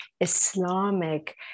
Islamic